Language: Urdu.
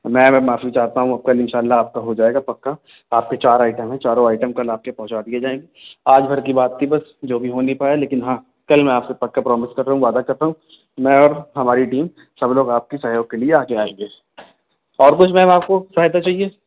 میم میں معافی چاہتا ہوں اب کل ان شاء اللہ آپ کا ہو جائے گا پکا آپ کے چار آئٹم ہیں چاروں آئٹم کل آپ کے پہنچا دیے جائیں گے آج بھر کی بات تھی بس جو ابھی ہو نہیں پایا لیکن ہاں کل میں آپ سے پکا پرومس کر رہا ہوں وعدہ کرتا ہوں میں اور ہماری ٹیم سب لوگ آپ کے سہیوگ کے لیے آگے آئیں گے اور کچھ میم آپ کو سہایتا چاہیے